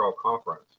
conference